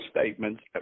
statements